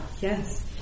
Yes